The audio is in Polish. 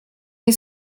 nie